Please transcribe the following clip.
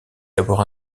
d’abord